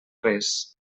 res